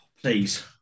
Please